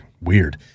weird